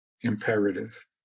imperative